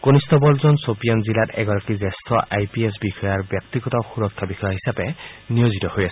কনিষ্টবলজন চপিয়ান জিলাত এগৰাকী জ্যেষ্ঠ আই পি এছ বিষয়াৰ ব্যক্তিগত সুৰক্ষা বিষয়া হিচাপে নিয়োজিত হৈ আছিল